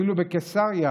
אפילו בקיסריה,